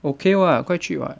okay [what] quite cheap [what]